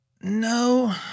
No